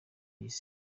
y’isi